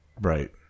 Right